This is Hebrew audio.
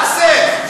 באסל,